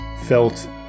felt